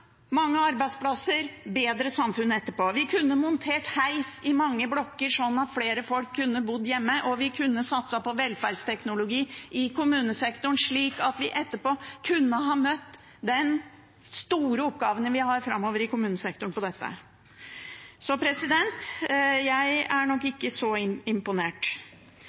etterpå. Vi kunne montert heis i mange blokker sånn at flere folk kunne bodd hjemme, og vi kunne satset på velferdsteknologi i kommunesektoren slik at vi etterpå kunne møtt de store oppgavene vi har framover i kommunesektoren på dette. – Så jeg er nok ikke så imponert.